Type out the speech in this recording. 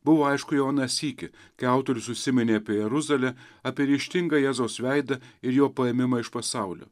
buvo aišku jau aną sykį kai autorius užsiminė apie jeruzalę apie ryžtingą jėzaus veidą ir jo paėmimą iš pasaulio